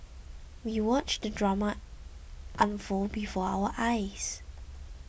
we watched the drama unfold before our eyes